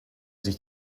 sich